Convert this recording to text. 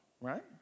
Right